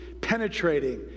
penetrating